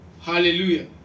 Hallelujah